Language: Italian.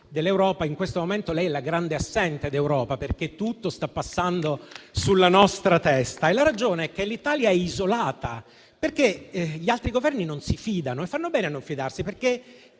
dell'Europa, ma in questo momento lei è la grande assente dell'Europa, perché tutto sta passando sulla nostra testa. La ragione è che l'Italia è isolata perché gli altri Governi non si fidano e fanno bene a non fidarsi, perché